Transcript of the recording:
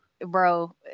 Bro